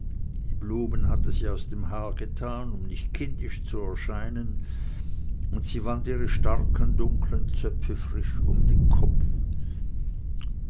die blumen hatte sie aus dem haar getan um nicht kindisch zu erscheinen und sie wand ihre starken dunklen zöpfe frisch um den kopf